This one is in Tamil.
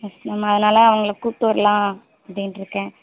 யெஸ் மேம் அதனால் அவங்களை கூப்பிட்டு வரலாம் அப்படின்ட்டுருக்கேன்